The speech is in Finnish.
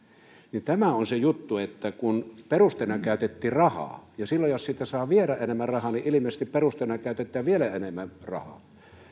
suomessa tämä on se juttu kun perusteena käytettiin rahaa ja silloin jos siitä saa vielä enemmän rahaa niin ilmeisesti perusteena käytetään vielä enemmän rahaa